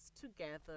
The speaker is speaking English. together